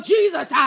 Jesus